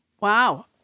Wow